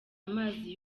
amazi